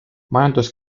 majandus